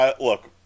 look